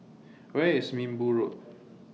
Where IS Minbu Road